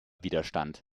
widerstand